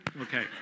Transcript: Okay